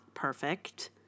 perfect